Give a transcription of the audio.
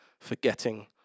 Forgetting